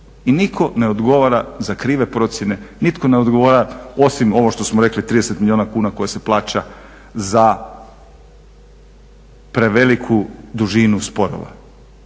i niko ne odgovara za krive procjene, nitko ne odgovara osim ovog što smo rekli 30 milijuna kuna koje se plaća za preveliku dužinu sporova,